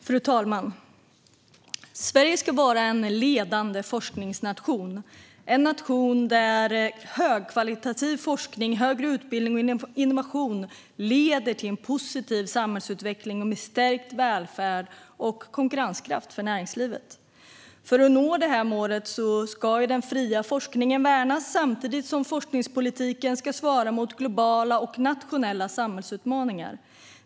Fru talman! Sverige ska vara en ledande forskningsnation, en nation där högkvalitativ forskning, högre utbildning och innovation leder till en positiv samhällsutveckling med stärkt välfärd och konkurrenskraft för näringslivet. För att nå detta mål ska den fria forskningen värnas samtidigt som forskningspolitiken ska svara mot globala och nationella samhällsutmaningar.